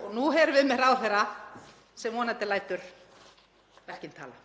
og nú erum við með ráðherra sem vonandi lætur verkin tala.